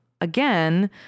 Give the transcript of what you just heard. again